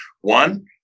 One